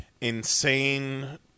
insane